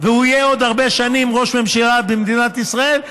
והוא יהיה עוד הרבה שנים ראש ממשלה במדינת ישראל,